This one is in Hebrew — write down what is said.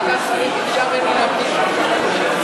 ועדת שרים ביקשה ממני להמתין שלושה חודשים.